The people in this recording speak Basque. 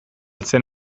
zen